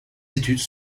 études